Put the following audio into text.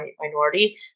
minority